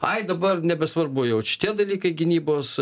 ai dabar nebesvarbu jau šitie dalykai gynybos